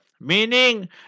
Meaning